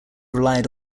relied